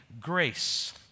grace